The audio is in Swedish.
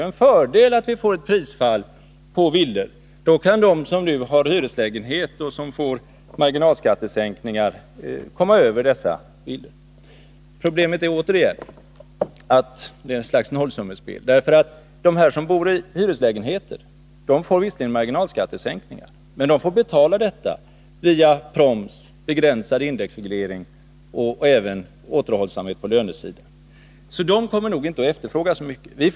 Man har sagt att ett prisfall på villor är fördelaktigt, för då kan de som nu har hyreslägenheter och får marginalskattesänkningar komma över dessa villor. Problemet är emellertid återigen att det är fråga om ett slags nollsummespel. De som bor i hyreslägenheter får visserligen marginalskattesänkningar, men de får betala sänkningen via proms, begränsad indexreglering och återhållsamhet i fråga om löneökningar. De kommer nog inte att efterfråga så många villor.